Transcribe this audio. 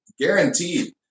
Guaranteed